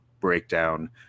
breakdown